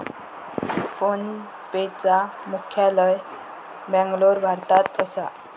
फोनपेचा मुख्यालय बॅन्गलोर, भारतात असा